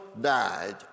died